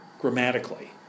grammatically